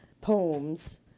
poems